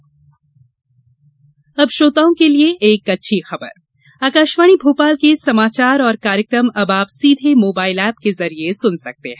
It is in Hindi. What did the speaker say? आकाशवाणी भोपाल ऐप अब श्रोताओं के लिए एक अच्छी खबर आकाशवाणी भोपाल के समाचार और कार्यक्रम अब आप सीधे मोबाइल एप के जरिये सुन सकते हैं